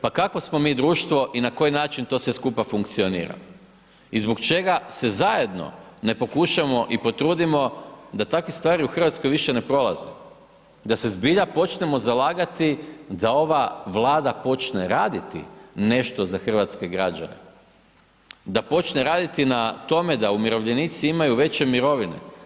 Pa kakvo smo mi društvo i na koji način to sve skupa funkcionira i zbog čega se zajedno ne pokušamo i potrudimo da takve stvari u Hrvatskoj više ne prolaze i da se zbilja počnemo zalagati da ova vlada počne raditi nešto za hrvatske građane, da počne raditi na tome, da umirovljenici imaju veće mirovine.